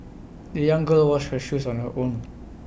the young girl washed her shoes on her own